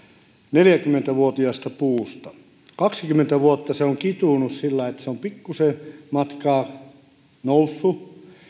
neljäkymmentä vuotiaasta puusta kaksikymmentä vuotta se on kitunut siten että se on pikkusen matkaa noussut